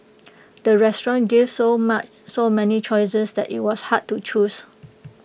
the restaurant gave so so many choices that IT was hard to choose